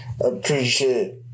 appreciate